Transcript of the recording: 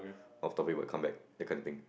off topic but come back that kind of thing